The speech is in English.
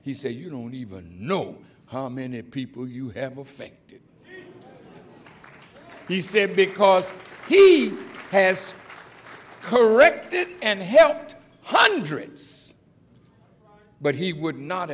he said you don't even know how many people you have affected he said because he has corrected and helped hundreds but he would not